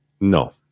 No